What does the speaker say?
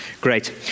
Great